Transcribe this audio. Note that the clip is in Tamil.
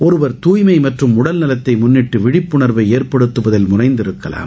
ஒருவர் தாய்மை மற்றம் உடல் நலத்தை முன்னிட்டு விழிப்புணர்வை எற்படுத்த முனைந்திருக்கலாம்